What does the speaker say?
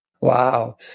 Wow